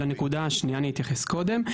לנקודה השנייה אני אתייחס קודם.